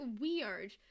weird